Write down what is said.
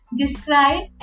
describe